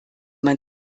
man